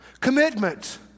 Commitment